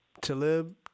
Talib